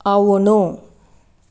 అవును